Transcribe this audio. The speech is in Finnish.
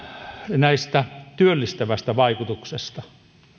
työllistävästä vaikutuksesta